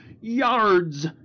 yards